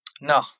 No